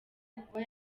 kuba